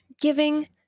giving